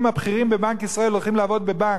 הבכירים בבנק ישראל הולך לעבוד בבנק.